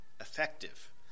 effective